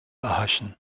erhaschen